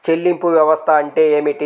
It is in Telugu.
చెల్లింపు వ్యవస్థ అంటే ఏమిటి?